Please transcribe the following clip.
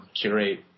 curate